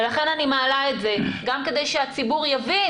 לכן אני מעלה את זה, גם כדי שהציבור יבין.